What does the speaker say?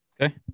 Okay